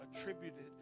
attributed